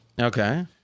Okay